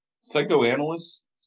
psychoanalyst